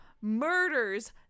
murders